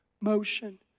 motion